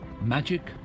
Magic